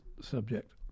subject